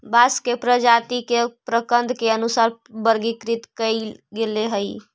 बांस के प्रजाती के प्रकन्द के अनुसार वर्गीकृत कईल गेले हई